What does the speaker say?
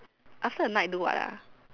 after a night do what ah